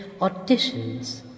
auditions